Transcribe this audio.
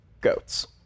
goats